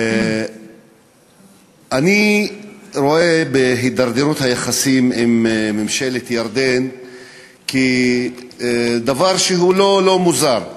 אני רואה בהידרדרות היחסים עם ממשלת ירדן דבר שהוא לא מוזר.